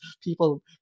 people